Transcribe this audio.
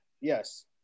Yes